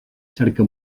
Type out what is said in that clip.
cerca